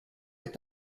est